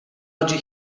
oggi